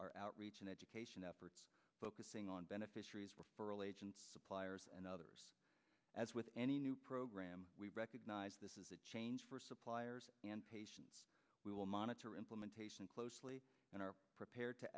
our outreach and education efforts focusing on beneficiaries referral agents suppliers and others as with any new program we recognize this is a change for suppliers and patients we will monitor implementation closely and are prepared to